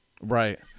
Right